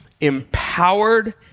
empowered